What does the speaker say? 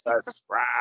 subscribe